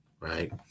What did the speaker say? right